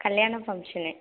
Kalyana function